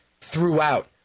throughout